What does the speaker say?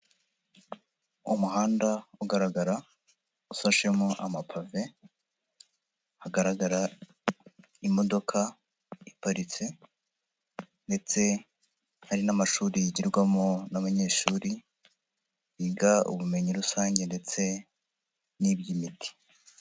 Umuhanda ugaragara usashemo amapave, hagaragara imodoka iparitse ndetse hari n'amashuri yigirwamo n'abanyeshuri biga ubumenyi rusange ndetse n'iby'imiti.